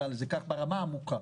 ברמה העמוקה.